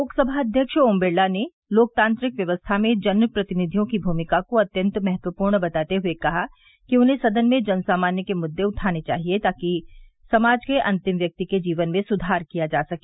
लोकसभा अध्यक्ष ओम बिरला ने लोकतांत्रिक व्यवस्था में जनप्रतिनिधियों की भूमिका को अत्यंत महत्वपूर्ण बताते हुए कहा कि उन्हें सदन में जन सामान्य के मुद्दे उठाने चाहिए ताकि समाज के अंतिम व्यक्ति के जीवन में सुधार किया जा सके